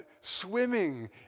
swimming